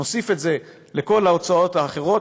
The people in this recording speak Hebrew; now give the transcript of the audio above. נוסיף את זה לכל ההוצאות האחרות,